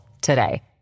today